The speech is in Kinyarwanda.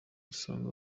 gusanga